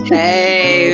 hey